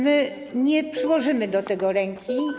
My nie przyłożymy do tego ręki.